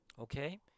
okay